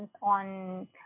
on